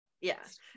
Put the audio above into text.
yes